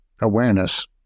awareness